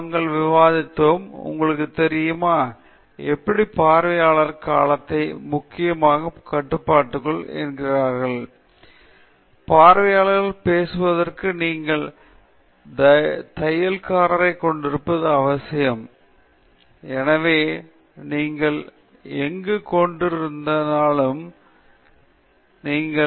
நாங்கள் விவாதித்தோம் உங்களுக்குத் தெரியுமா எப்படி பார்வையாளர்களையும் காலத்தையும் முக்கியமான கட்டுப்பாடுகள் என்று கூறுகிறீர்கள் பார்வையாளர்களைப் பேசுவதற்கு நீங்கள் தையல்காரரைக் கொண்டிருப்பது அவசியம் எனவே நீங்கள் எங்கு வேண்டுமானாலும் பேசலாம்